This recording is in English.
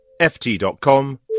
ft.com